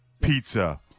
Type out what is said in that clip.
pizza